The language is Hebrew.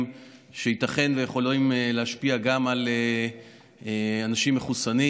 שייתכן שיכולים להשפיע גם על אנשים מחוסנים.